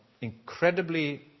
incredibly